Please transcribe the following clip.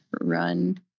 run